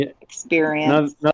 experience